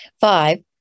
five